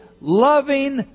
loving